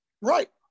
Right